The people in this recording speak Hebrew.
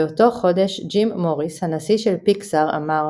באותו חודש ג'ים מוריס, הנשיא של פיקסאר, אמר